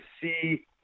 see